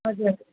हजुर